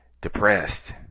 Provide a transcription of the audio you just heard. depressed